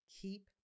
keep